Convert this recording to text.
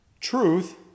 truth